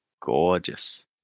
gorgeous